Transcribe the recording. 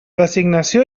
designació